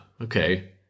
Okay